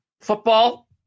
football